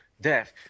Death